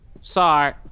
Sorry